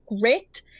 great